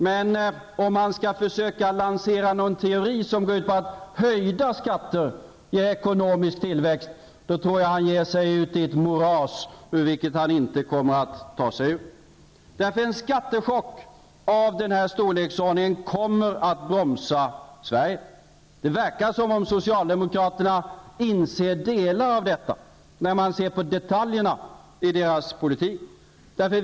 Men om han skall försöka lansera någon teori som går ut på att höjda skatter ger ekonomisk tillväxt, tror jag att han ger sig ut i ett moras ur vilket han inte kan ta sig. En skattechock av den här storleksordningen kommer att bromsa Sverige. Det verkar som om socialdemokraterna inser delar av detta -- när man tittar på detaljerna i deras politik.